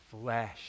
flesh